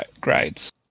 grades